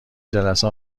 جلسه